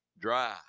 dry